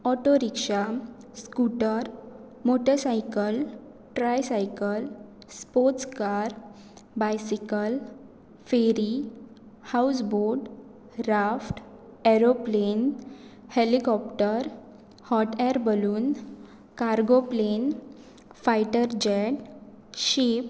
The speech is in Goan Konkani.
autorickshaw scooter motorcycle tricycle sports car bicycle ferry houseboat raft aeroplane helicopter hot air balloon cargo plane fighter jet ship